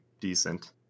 decent